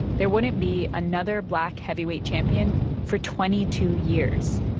there wouldn't be another black heavyweight champion for twenty two years